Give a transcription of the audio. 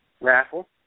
raffle